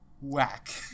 Whack